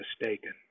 mistaken